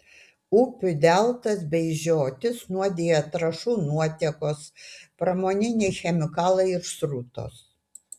upių deltas bei žiotis nuodija trąšų nuotėkos pramoniniai chemikalai ir srutos